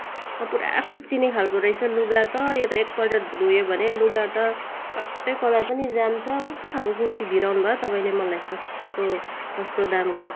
पुरा कुच्चिने खालको रहेछ लुगा त यो त एकपल्ट धोयो भने लुगा त स्वात्तै कलर पनि जान्छ कस्तो खाल्को कुर्ती भिराउनु भयो तपाईँले मलाई सस्तो सस्तो दामको